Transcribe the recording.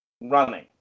running